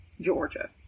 Georgia